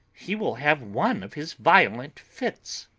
he will have one of his violent fits.